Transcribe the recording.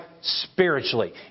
spiritually